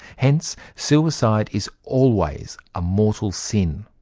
hence, suicide is always a mortal sin,